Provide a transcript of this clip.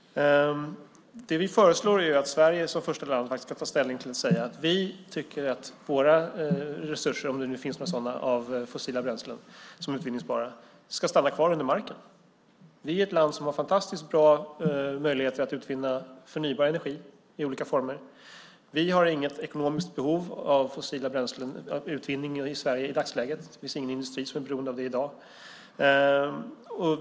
Det vi föreslår är att Sverige som första land ska ta ställning och säga att vi tycker att våra resurser av fossila bränslen som är utvinningsbara, om det finns några sådana, ska stanna kvar under marken. Sverige är ett land som har fantastiskt bra möjligheter att utvinna förnybar energi i olika former. Vi har inget ekonomiskt behov av utvinning av fossila bränslen i Sverige i dagsläget. Det finns ingen industri som är beroende av det.